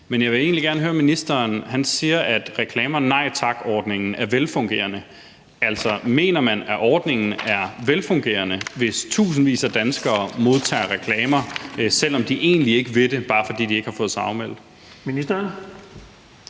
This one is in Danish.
Men jeg vil egentlig gerne høre ministeren, for han siger, at Reklamer Nej Tak-ordningen er velfungerende, om han mener, at ordningen er velfungerende, hvis tusindvis af danskere modtager reklamer, selv om de egentlig ikke vil det, bare fordi de ikke har fået sig afmeldt. Kl.